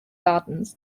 gardens